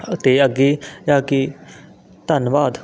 ਅਤੇ ਅੱਗੇ ਜਾ ਕੇ ਧੰਨਵਾਦ